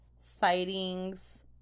sightings